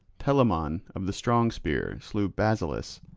telamon of the strong spear slew basileus.